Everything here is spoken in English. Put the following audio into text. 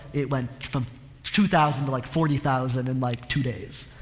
it went from two thousand to like forty thousand in like two days.